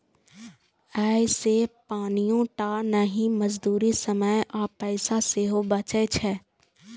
अय से पानिये टा नहि, मजदूरी, समय आ पैसा सेहो बचै छै